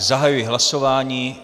Zahajuji hlasování.